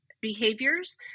behaviors